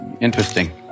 interesting